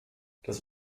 das